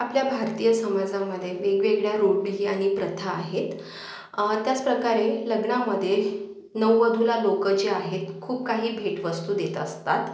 आपल्या भारतीय समाजामध्ये वेगवेगळ्या रूढी आणि प्रथा आहेत त्याच प्रकारे लग्नामध्ये नववधूला लोकं जे आहेत खूप काही भेटवस्तू देत असतात